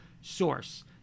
source